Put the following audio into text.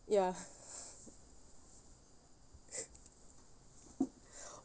ya